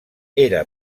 era